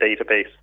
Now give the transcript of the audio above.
database